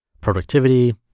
productivity